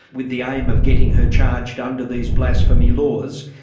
with the aim of getting her charged under these blasphemy laws.